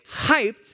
hyped